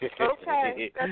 Okay